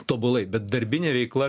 tobulai bet darbinė veikla